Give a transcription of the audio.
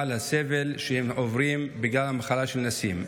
על הסבל שהם עוברים בגלל המחלה של נסים.